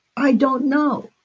i don't know.